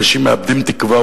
אנשים מאבדים תקווה.